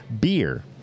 beer